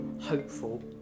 hopeful